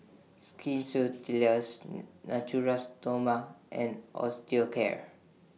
Skin Natura Stoma and Osteocare